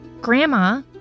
grandma